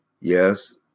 yes